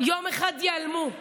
יום אחד ייעלמו.